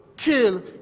Kill